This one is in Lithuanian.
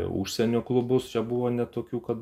užsienio klubus čia buvo net tokių kad